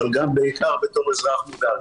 אבל גם ובעיקר בתור אזרח מודאג.